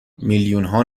میلیونها